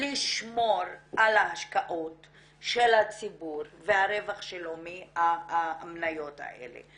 לשמור על ההשקעות של הציבור והרווח שלו מהמניות האלה.